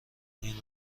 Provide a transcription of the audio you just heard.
این